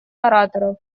ораторов